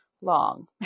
long